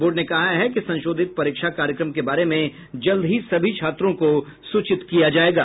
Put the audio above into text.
board ने कहा है कि संशोधित परीक्षा कार्यक्रम के बारे में जल्द ही सभी छात्रों को सूचित किया जायेगा